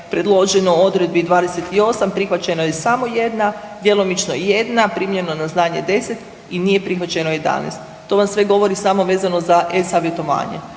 predloženo odredbi 28, prihvaćena je samo jedna, djelomično 1, primljeno na znanje 10 i nije prihvaćeno 11. To vam sve govori samo vezano za e-savjetovanje.